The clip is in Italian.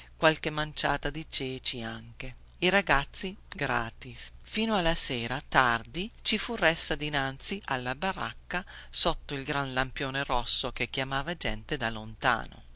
qualche manciata di ceci anche i ragazzi gratis fino alla sera tardi ci fu ressa dinanzi alla baracca sotto il gran lampione rosso che chiamava gente da lontano